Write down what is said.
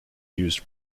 used